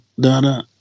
da-da